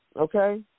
Okay